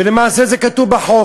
ולמעשה זה כתוב בחוק.